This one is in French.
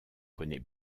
connais